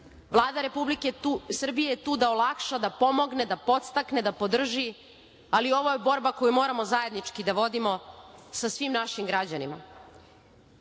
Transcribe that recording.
Vlada Republike Srbije je tu da olakša, da pomogne, da podstakne, da podrži, ali ovo je borba koju moramo zajednički da vodimo sa svim našim građanima. Želim